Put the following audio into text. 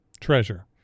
treasure